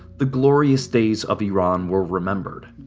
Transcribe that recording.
the glorious days of iran were remembered.